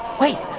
wait.